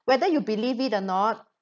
whether you believe it or not